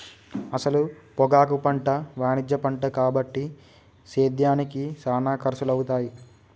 అసల పొగాకు పంట వాణిజ్య పంట కాబట్టి సేద్యానికి సానా ఖర్సులవుతాయి